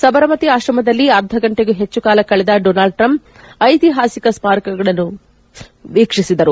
ಸಬರಮತಿ ಆಶ್ರಮದಲ್ಲಿ ಅರ್ಧಗಂಟೆಗೂ ಪೆಚ್ಚು ಕಾಲ ಕಳೆದ ಡೊನಾಲ್ಡ್ ಟ್ರಂಪ್ ಐತಿಹಾಸಿಕ ಸ್ಮಾರಕಗಳನ್ನು ವೀಕ್ಷಿಸಿದರು